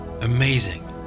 Amazing